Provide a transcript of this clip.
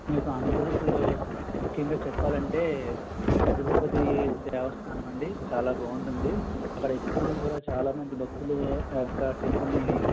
మీకు ఆంధ్రప్రదేశ్లో ముఖ్యంగా చెప్పాలంటే పెద్ద తిరుపతి దేవస్థానమండి చాల బాగుంటుంది అక్కడ ఎప్పుడుకూడా చాల మంది భక్తులు ఆ యొక్క టెంపుల్ని